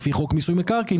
לפי חוק מיסוי מקרקעין,